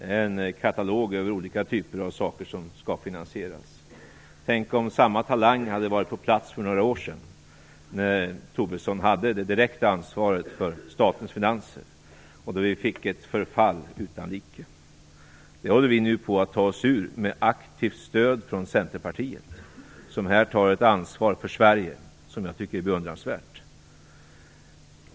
Det är en katalog över olika typer av saker som skall finansieras. Tänk om samma talang hade varit på plats för några år sedan när Tobisson hade det direkta ansvaret för statens finanser och vi fick ett förfall utan like. Det håller vi på att ta oss ur med aktivt stöd från Centerpartiet, som tar ett ansvar för Sverige som jag tycker är beundransvärt.